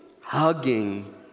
hugging